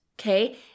Okay